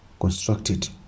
constructed